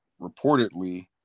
reportedly